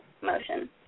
motion